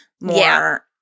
more